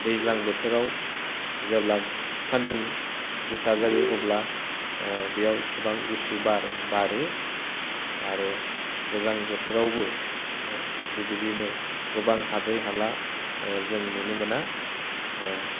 दैज्लां बोथोराव जेब्ला सान्दुं गोसा जायो अब्ला बेयाव गोबां गुसु बार बारो आरो गोजां बोथोरावबो बेबायदिनो गोबां हाद्रि हाला जों नुनो मोना